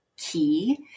key